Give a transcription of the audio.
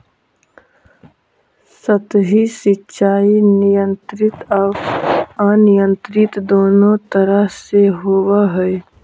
सतही सिंचाई नियंत्रित आउ अनियंत्रित दुनों तरह से होवऽ हइ